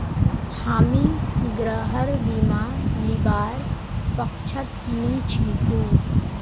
हामी गृहर बीमा लीबार पक्षत नी छिकु